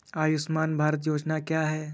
आयुष्मान भारत योजना क्या है?